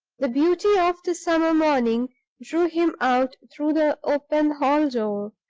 the beauty of the summer morning drew him out through the open hall door,